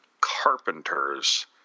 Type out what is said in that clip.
Carpenters